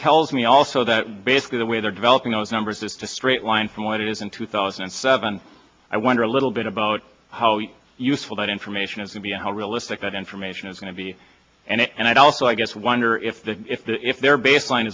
tells me also that basically the way they're developing those numbers is to straight line from what is in two thousand and seven i wonder a little bit about how you useful that information is would be and how realistic that information is going to be and i'd also i guess wonder if the if the if their baseline